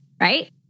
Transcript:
right